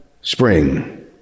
spring